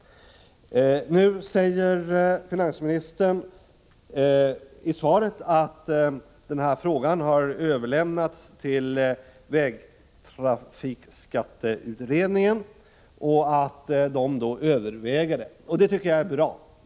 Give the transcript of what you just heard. Nu säger finansministern i svaret att denna fråga överlämnats till vägtrafikskatteutredningen och att denna överväger frågan. Det tycker jag är bra.